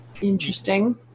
interesting